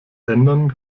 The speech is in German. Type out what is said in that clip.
ändern